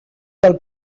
del